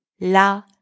la